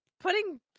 putting